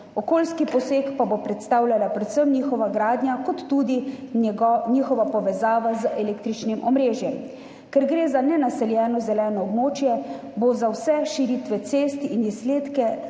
okoljski poseg pa bo predstavljala predvsem njihova gradnja ter tudi njihova povezava z električnim omrežjem. Ker gre za nenaseljeno zeleno območje, bo za vse širitve cest in izsledke